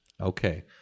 Okay